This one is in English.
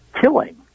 killing